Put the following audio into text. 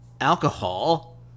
alcohol